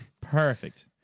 Perfect